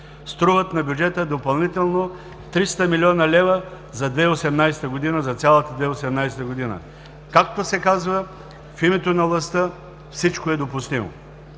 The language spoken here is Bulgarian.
струват на бюджета допълнително 300 млн. лв. за цялата 2018 г. Както се казва – в името на властта, всичко е допустимо.